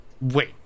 Wait